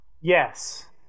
Yes